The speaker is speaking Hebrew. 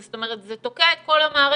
זאת אומרת זה תוקע את כל המערכת.